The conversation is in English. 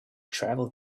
travel